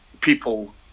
people